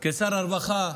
כשר הרווחה,